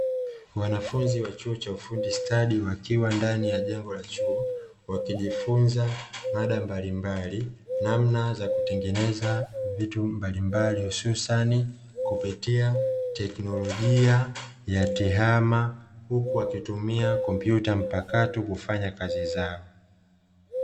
Wanafunzi wa chuo cha ufundi stadi wakiwa ndani ya jengo la chuo wakijifunza mada mbalimbali, namna ya kutengeneza vitu mbalimbali hususani kupitia teknolijia ya tehama, huku wakitumia kompyuta mpakato kufanya kazi zao.